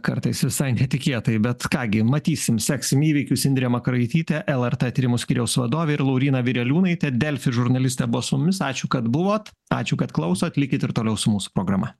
kartais visai netikėtai bet ką gi matysim seksim įvykius indrė makaraitytė lrt tyrimų skyriaus vadovėir lauryna vireliūnaitė delfi žurnalistė buvo su mumis ačiū kad buvot ačiū kad klausot likit ir toliau su mūsų programa